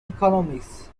economics